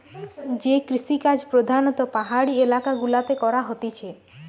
যে কৃষিকাজ প্রধাণত পাহাড়ি এলাকা গুলাতে করা হতিছে